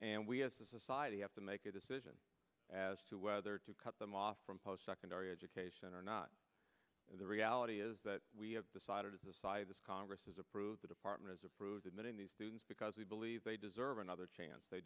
and we as a society have to make a decision as to whether to cut them off from post secondary education or not the reality is that we have decided at the side of this congress has approved the department has approved admitting these students because we believe they deserve another chance